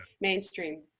mainstream